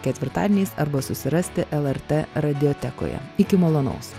ketvirtadieniais arba susirasti lrt radiotekoje iki malonaus